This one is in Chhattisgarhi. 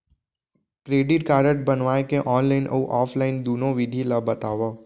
क्रेडिट कारड बनवाए के ऑनलाइन अऊ ऑफलाइन दुनो विधि ला बतावव?